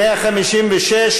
156,